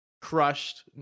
crushed